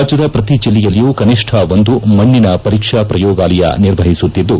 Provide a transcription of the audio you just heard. ರಾಜ್ಯದ ಪ್ರತಿ ಜಿಲ್ಲೆಯಲ್ಲಿಯೂ ಕನಿಷ್ಠ ಒಂದು ಮಣ್ಣಿನ ಪರೀಕ್ಷಾ ಪ್ರಯೋಗಾಲ ನಿರ್ವಹಿಸುತ್ತಿದ್ದು